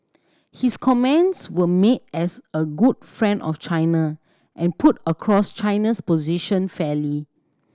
his comments were made as a good friend of China and put across China's position fairly